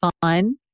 fun